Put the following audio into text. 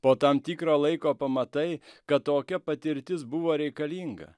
po tam tikro laiko pamatai kad tokia patirtis buvo reikalinga